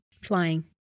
Flying